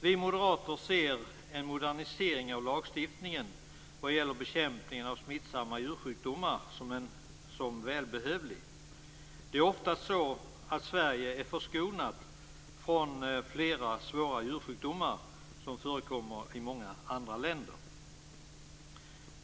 Vi moderater ser en modernisering av lagstiftningen vad gäller bekämpningen av smittsamma djursjukdomar som välbehövlig. Sverige är ofta förskonat från flera svåra djursjukdomar som förekommer i många andra länder.